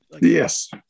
Yes